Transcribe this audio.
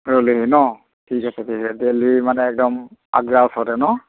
নহ্ ঠিক আছে তেতিয়া দেলহী মানে একদম আগ্ৰা ওচৰতে নহ্